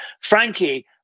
Frankie